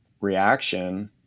reaction